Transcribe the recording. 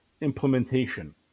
implementation